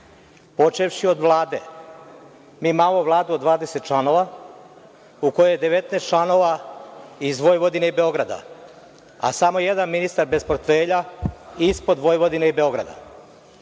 počevši od Vlade. Mi imamo Vladu od 20 članova, u kojoj je 19 članova iz Vojvodine i Beograda, a samo jedan ministar bez portfelja ispod Vojvodine i Beograda.